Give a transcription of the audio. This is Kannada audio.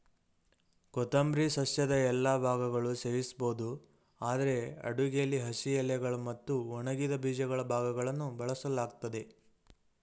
ಕೊತ್ತಂಬರಿ ಸಸ್ಯದ ಎಲ್ಲಾ ಭಾಗಗಳು ಸೇವಿಸ್ಬೋದು ಆದ್ರೆ ಅಡುಗೆಲಿ ಹಸಿ ಎಲೆಗಳು ಮತ್ತು ಒಣಗಿದ ಬೀಜಗಳ ಭಾಗಗಳನ್ನು ಬಳಸಲಾಗ್ತದೆ